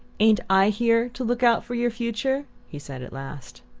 ain't i here to look out for your future? he said at last.